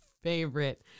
favorite